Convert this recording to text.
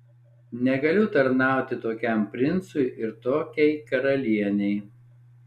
negaliu tarnauti tokiam princui ir tokiai karalienei